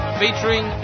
featuring